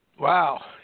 Wow